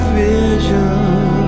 vision